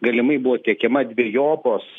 galimai buvo tiekiama dvejopos